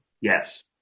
Yes